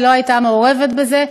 היא לא הייתה מעורבת בזה,